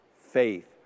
faith